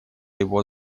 его